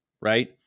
right